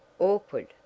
Awkward